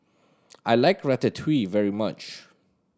I like Ratatouille very much